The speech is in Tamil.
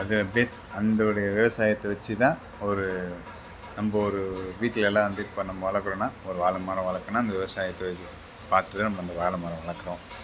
அது பேஸ் அந்தோனுடைய விவசாயத்தை வெச்சு தான் ஒரு நம்ம ஒரு வீட்லெல்லாம் வந்து இப்போ நம்ம வளர்க்கறோன்னா ஒரு வாழைமரம் வளர்க்குனா அந்த விவசாயத்தை பார்த்து தான் நம்ம அந்த வாழைமரம் வளர்க்கறோம்